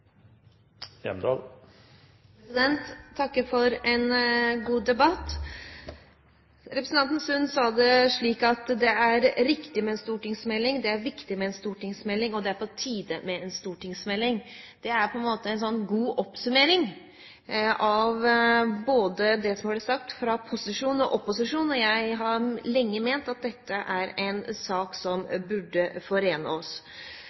riktig med en stortingsmelding, det er viktig med en stortingsmelding, og det er på tide med en stortingsmelding. Det er en god oppsummering av det som er blitt sagt av posisjon og opposisjon. Jeg har lenge ment at dette er en sak som burde forene oss.